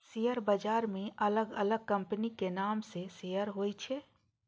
share बाजार मे अलग अलग कंपनीक नाम सं शेयर होइ छै